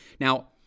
Now